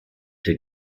der